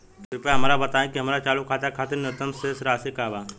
कृपया हमरा बताइ कि हमार चालू खाता के खातिर न्यूनतम शेष राशि का बा